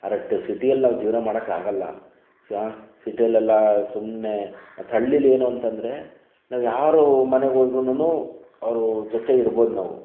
ಆದ್ರೆ ಟ್ ಸಿಟಿಯಲ್ಲಿ ನಾವು ಜೀವನ ಮಾಡಕ್ಕೆ ಆಗಲ್ಲ ಹಾಂ ಸಿಟಿಯಲ್ಲೆಲ್ಲ ಸುಮ್ಮನೆ ಮತ್ತು ಹಳ್ಳಿಯಲ್ಲಿ ಏನೂಂತಂದ್ರೆ ನಾವು ಯಾರ ಮನೆಗೆ ಹೋದರೂನೂನು ಅವರ ಜೊತೆ ಇರ್ಬೋದು ನಾವು